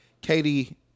Katie